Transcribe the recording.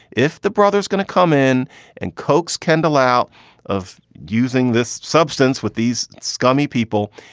if the brother's gonna come in and coax kendall out of using this substance with these scummy people,